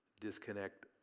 disconnect